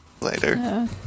later